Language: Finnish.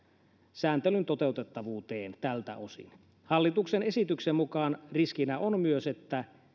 sääntelyn toteutettavuuteen tältä osin hallituksen esityksen mukaan riskinä on myös että